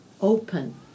open